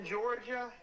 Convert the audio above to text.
Georgia